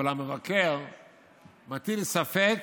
אבל המבקר מטיל ספק